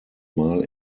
mal